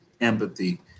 empathy